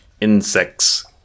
insects